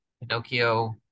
Pinocchio